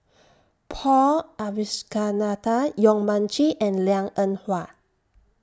Paul Abisheganaden Yong Mun Chee and Liang Eng Hwa